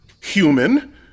human